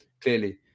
clearly